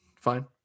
fine